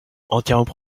entièrement